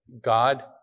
God